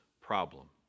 problem